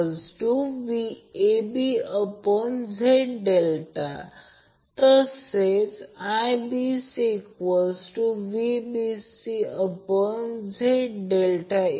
तर जर असे केले तर Ia Ib Ic चे मूल्य मिळेल मग्निट्यूड समान असेल अँगल डीपेंडन्स पुन्हा 120° होईल